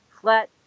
flat